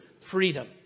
freedom